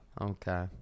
okay